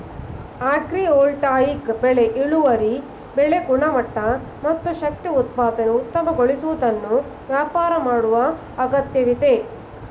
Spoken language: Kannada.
ಅಗ್ರಿವೋಲ್ಟಾಯಿಕ್ ಬೆಳೆ ಇಳುವರಿ ಬೆಳೆ ಗುಣಮಟ್ಟ ಮತ್ತು ಶಕ್ತಿ ಉತ್ಪಾದನೆ ಉತ್ತಮಗೊಳಿಸುವುದನ್ನು ವ್ಯಾಪಾರ ಮಾಡುವ ಅಗತ್ಯವಿದೆ